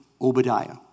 Obadiah